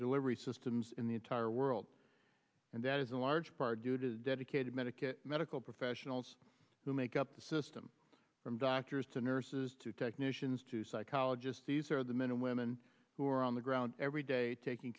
delivery systems in the entire world and that is in large part due to the dedicated medical medical professionals who make up the system from doctors to nurses to technicians to psychologists these are the men and women who are on the ground every day taking